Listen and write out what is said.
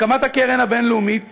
הקמת הקרן הבין-לאומית